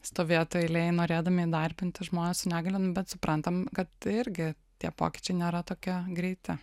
stovėtų eilėj norėdami įdarbinti žmones su negalia bet suprantam kad irgi tie pokyčiai nėra tokie greiti